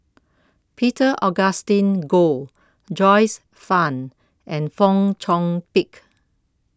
Peter Augustine Goh Joyce fan and Fong Chong Pik